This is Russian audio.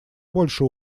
больше